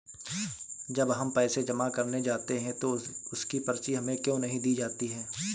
जब हम पैसे जमा करने जाते हैं तो उसकी पर्ची हमें क्यो नहीं दी जाती है?